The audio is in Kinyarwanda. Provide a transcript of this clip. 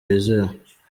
wizewe